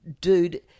Dude